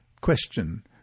Question